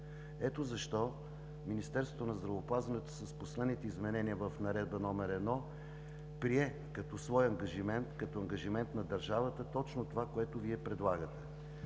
Ето защо Министерството на здравеопазването – с последните изменения в Наредба № 1, прие като свой ангажимент, като ангажимент на държавата точно това, което Вие предлагате.